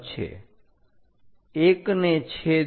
1 ને છેદો